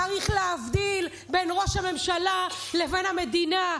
צריך להבדיל בין ראש הממשלה לבין המדינה.